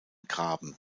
graben